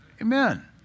Amen